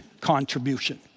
contribution